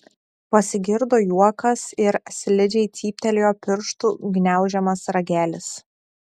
pasigirdo juokas ir slidžiai cyptelėjo pirštų gniaužiamas ragelis